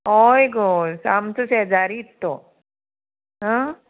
होय गो आमचो शेजारीत तो आ